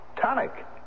Tonic